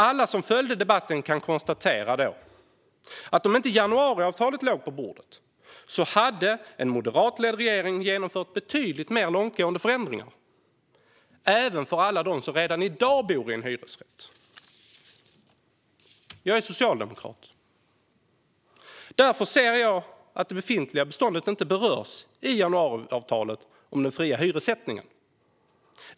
Alla som följde debatten kunde konstatera att om inte januariavtalet hade legat på bordet hade en moderatledd regering genomfört betydligt mer långtgående förändringar - även för alla dem som redan i dag bor i hyresrätt. Jag är socialdemokrat. Därför anser jag att det befintliga beståndet inte berörs av januariavtalet om den fria hyressättningen.